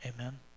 Amen